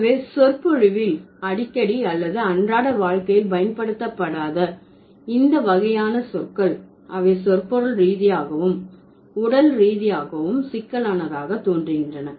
எனவே சொற்பொழிவில் அடிக்கடி அல்லது அன்றாட வாழ்க்கையில் பயன்படுத்தப்படாத இந்த வகையான சொற்கள் அவை சொற்பொருள் ரீதியாகவும் உடல் ரீதியாகவும் சிக்கலானதாக தோன்றுகின்றன